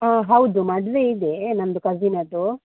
ಹೌದು ಮದುವೆ ಇದೆ ನಮ್ಮದು ಕಸಿನದ್ದು